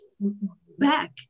back